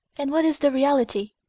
and what is the reality?